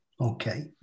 Okay